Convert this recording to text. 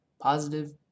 Positive